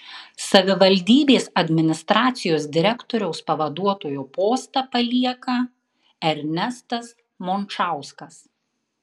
savivaldybės administracijos direktoriaus pavaduotojo postą palieka ernestas mončauskas